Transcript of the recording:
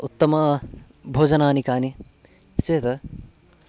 उत्तमभोजनानि कानि चेत्